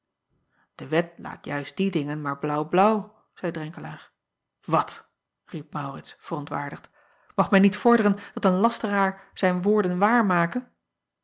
e wet laat juist die dingen maar blaauw blaauw zeî renkelaer at riep aurits verontwaardigd mag men niet vorderen dat een lasteraar zijn woorden waar make